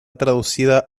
traducida